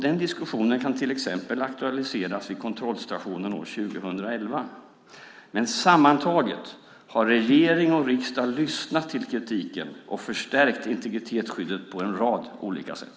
Den diskussionen kan till exempel aktualiseras vid kontrollstationen 2011. Men sammantaget har regering och riksdag lyssnat till kritiken och förstärkt integritetsskyddet på en rad olika sätt.